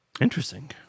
interesting